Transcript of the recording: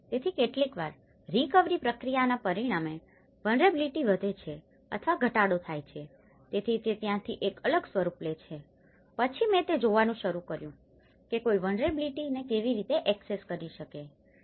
તેથી કેટલીકવાર રીકવરી પ્રક્રિયાના પરિણામે વલ્નરેબીલીટી વધે છે અથવા ઘટાડો થાય છે તેથી તે ત્યાંથી એક અલગ સ્વરૂપ લે છે પછી મેં તે જોવાનું શરૂ કર્યું કે કોઈ વલ્નરેબીલીટી ને કેવી રીતે એક્સેસ કરી શકે છે